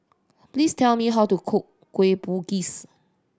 please tell me how to cook Kueh Bugis